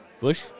Bush